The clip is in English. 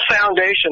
foundation